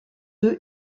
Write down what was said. eux